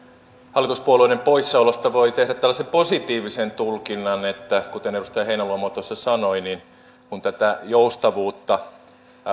hallituspuolueiden poissaolosta voi tehdä tällaisen positiivisen tulkinnan että kuten edustaja heinäluoma sanoi kun tätä joustavuutta